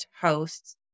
hosts